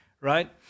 right